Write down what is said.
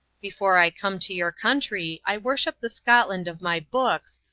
befor i come to your country i worship the scotland of my books,